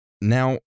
Now